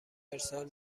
ارسال